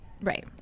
Right